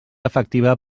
efectiva